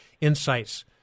insights